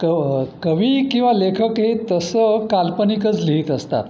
क कवी किंवा लेखक हे तसं काल्पनिकच लिहीत असतात